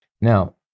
Now